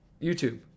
YouTube